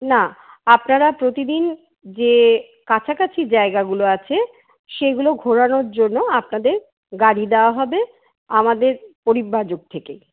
না আপনারা প্রতিদিন যে কাছাকাছি জায়গাগুলো আছে সেগুলো ঘোরানোর জন্য আপনাদের গাড়ি দেওয়া হবে আমাদের পরিব্রাজক থেকেই